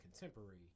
contemporary